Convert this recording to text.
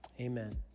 Amen